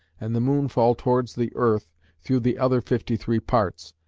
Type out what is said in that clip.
and the moon fall towards the earth through the other fifty-three parts,